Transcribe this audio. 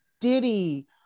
Diddy